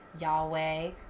Yahweh